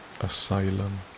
asylum